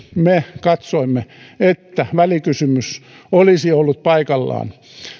me katsoimme että välikysymys olisi ollut paikallaan